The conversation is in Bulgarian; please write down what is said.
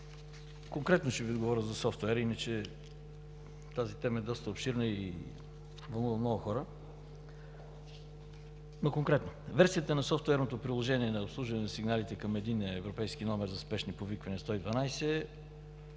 конкретно ще Ви отговоря за софтуера, иначе тази тема е доста обширна и вълнува много хора, но конкретно. Версията на софтуерното приложение на обслужване на сигналите към Единния европейски номер за спешни повиквания 112,